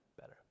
better